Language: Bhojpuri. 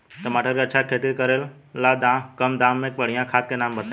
टमाटर के अच्छा खेती करेला कम दाम मे बढ़िया खाद के नाम बताई?